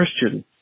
Christian